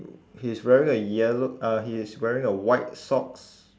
he's wearing a yello~ uh he's wearing a white socks